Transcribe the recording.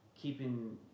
keeping